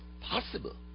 possible